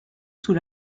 sous